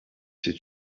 sais